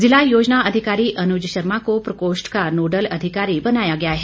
जिला योजना अधिकारी अनुज शर्मा को प्रकोष्ठ का नोडल अधिकारी बनाया गया है